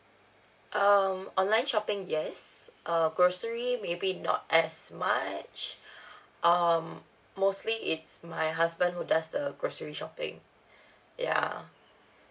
um online shopping yes uh grocery maybe not as much um mostly it's my husband who does the grocery shopping ya